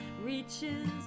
reaches